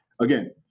Again